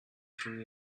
through